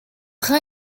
rhin